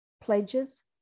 pledges